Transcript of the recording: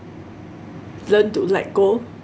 learn to let go